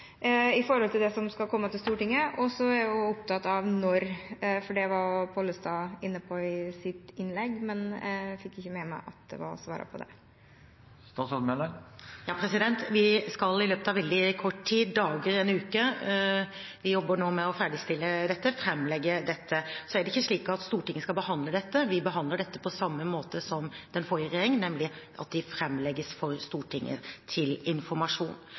det som skal komme til Stortinget? Så er jeg også opptatt av når. Det var også Pollestad inne på i sitt innlegg, men jeg fikk ikke med meg at det ble svart på det. Vi skal i løpet av veldig kort tid – dager, en uke, vi jobber nå med å ferdigstille dette – framlegge dette. Så er det ikke slik at Stortinget skal behandle dette. Vi behandler dette på samme måte som den forrige regjeringen gjorde, nemlig at dette framlegges for Stortinget til informasjon.